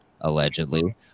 allegedly